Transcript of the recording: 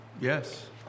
Yes